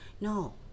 No